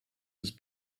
has